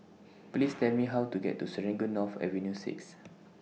Please Tell Me How to get to Serangoon North Avenue six